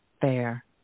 fair